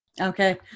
Okay